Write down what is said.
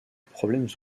problèmes